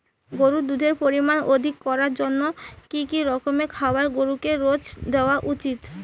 গরুর দুধের পরিমান অধিক করার জন্য কি কি রকমের খাবার গরুকে রোজ দেওয়া উচিৎ?